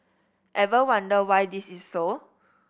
ever wonder why this is so